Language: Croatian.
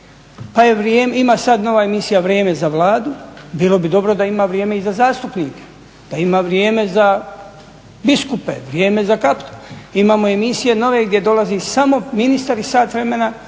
ne razumije./ … Ima sad nova emisija Vrijeme za Vladu, bilo bi dobro da ima vrijeme i za zastupnike, da ima vrijeme za biskupe, vrijeme za katolike. Imamo emisije nove gdje dolazi samo ministar i sat vremena